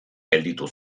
gelditu